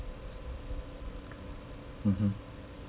mmhmm